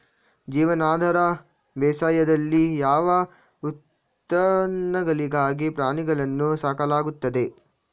ಜೀವನಾಧಾರ ಬೇಸಾಯದಲ್ಲಿ ಯಾವ ಉತ್ಪನ್ನಗಳಿಗಾಗಿ ಪ್ರಾಣಿಗಳನ್ನು ಸಾಕಲಾಗುತ್ತದೆ?